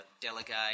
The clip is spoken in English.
delegate